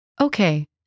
Okay